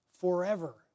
forever